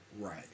Right